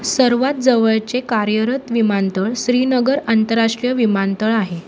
सर्वात जवळचे कार्यरत विमानतळ श्रीनगर आंतरराष्ट्रीय विमानतळ आहे